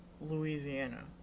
Louisiana